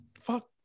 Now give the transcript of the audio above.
Fuck